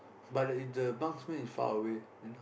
but the if the marksman is far away then